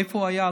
איפה הוא היה,